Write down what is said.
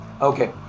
Okay